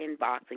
inboxing